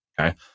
Okay